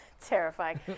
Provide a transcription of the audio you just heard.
Terrifying